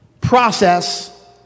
process